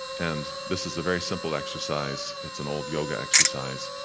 and this is a very simple exercise, it's an old yoga exercise,